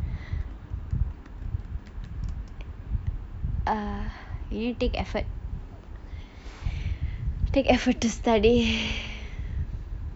err really take effort take effort to study